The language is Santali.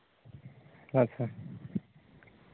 ᱟᱪᱪᱷᱟ